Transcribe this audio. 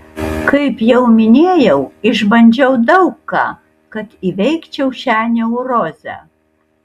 kaip jau minėjau išbandžiau daug ką kad įveikčiau šią neurozę